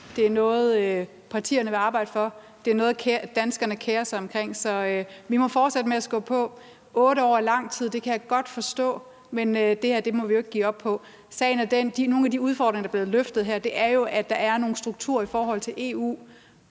Det er noget, som partierne vil arbejde for, og det er noget, som danskerne kerer sig om, så vi må fortsætte med at skubbe på. 8 år er lang tid, det kan jeg godt forstå, men det her punkt må vi ikke give op på. Sagen er den, at nogle af de udfordringer, der er blevet nævnt her, jo er, at der er nogle strukturer i forhold til EU.